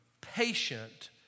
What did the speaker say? patient